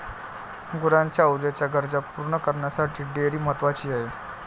गुरांच्या ऊर्जेच्या गरजा पूर्ण करण्यासाठी डेअरी महत्वाची आहे